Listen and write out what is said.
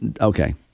Okay